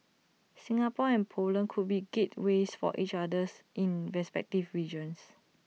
Singapore and Poland could be gateways for each others in respective regions